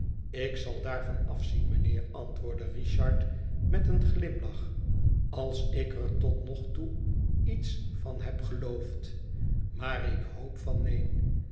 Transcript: rv a n afzien mijnheer antwoordde richard met een glimlach als ik er tot nog toe iets van heb geloofd maar ik hoop van neen